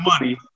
money